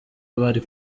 bari